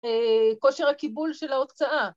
‫כושר הקיבול של ההוצאה.